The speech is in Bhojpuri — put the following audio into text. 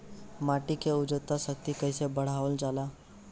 माटी के उर्वता शक्ति कइसे बढ़ावल जाला?